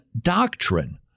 doctrine